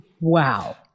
Wow